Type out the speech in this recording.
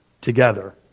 together